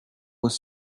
vos